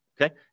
Okay